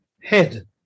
head